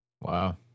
Wow